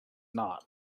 not